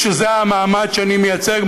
ושזה המעמד שאני מייצג?